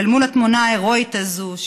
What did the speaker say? אבל אל מול התמונה ההרואית הזו,